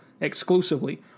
exclusively